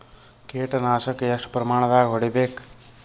ಕೇಟ ನಾಶಕ ಎಷ್ಟ ಪ್ರಮಾಣದಾಗ್ ಹೊಡಿಬೇಕ?